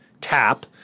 Tap